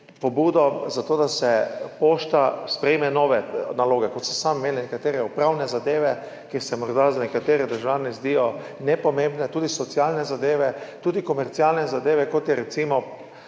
pobudo za to, da Pošta sprejme nove naloge, kot ste sami omenili, nekatere upravne zadeve, ki se morda nekaterim državljanom zdijo nepomembne, socialne zadeve, tudi komercialne zadeve, kot je recimo